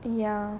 ya